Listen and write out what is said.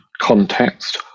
context